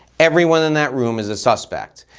everyone in that room is a suspect.